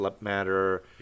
Matter